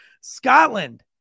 Scotland